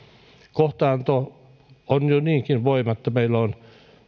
kohtaanto ongelmaa on jo niinkin että meillä on